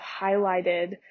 highlighted